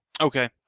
Okay